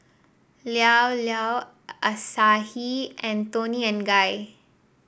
Llao Llao Asahi and Toni and Guy